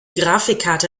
grafikkarte